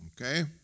okay